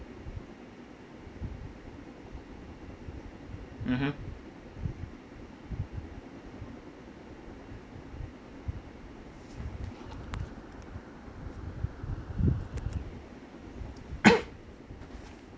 mmhmm